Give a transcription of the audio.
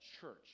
church